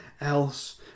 else